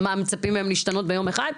מצפים מהם להשתנות ביום אחד?